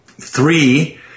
three